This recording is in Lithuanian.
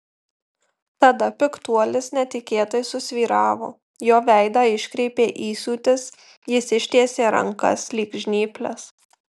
tada piktuolis netikėtai susvyravo jo veidą iškreipė įsiūtis jis ištiesė rankas lyg žnyples